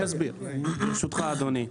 אני אסביר, ברשותך אדוני.